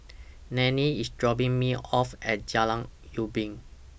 Nannette IS dropping Me off At Jalan Ubin